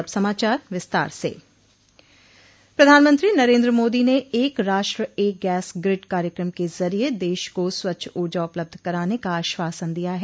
अब समाचार विस्तार से प्रधानमंत्री नरेन्द्र मोदी ने एक राष्ट्र एक गैस ग्रिड कार्यक्रम के जरिये देश को स्वच्छ ऊर्जा उपलब्ध कराने का आश्वासन दिया है